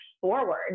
forward